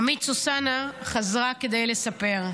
עמית סוסנה חזרה כדי לספר.